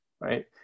right